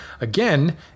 again